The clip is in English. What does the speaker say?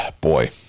boy